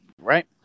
right